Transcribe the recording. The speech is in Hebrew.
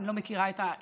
אני לא מכירה את האירוע.